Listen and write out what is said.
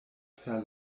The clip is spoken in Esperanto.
per